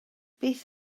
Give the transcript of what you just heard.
beth